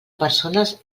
persones